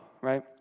right